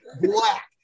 black